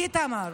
איתמר,